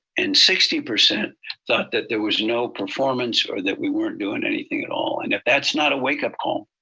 and sixty percent thought that there was no performance or that we weren't doing anything at all. and if that's not a wake up call,